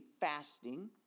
fasting